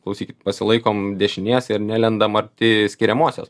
klausykit pasilaikom dešinės ir nelendam arti skiriamosios